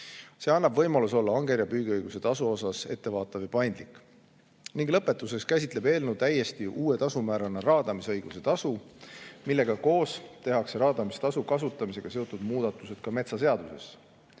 See annab võimaluse olla angerjapüügiõiguse tasuga ettevaatav ja paindlik. Lõpetuseks. Eelnõu käsitleb täiesti uue tasumäärana raadamisõiguse tasu, millega koos tehakse raadamistasu kasutamisega seotud muudatused ka metsaseadusesse.